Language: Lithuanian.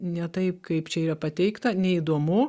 ne taip kaip čia yra pateikta neįdomu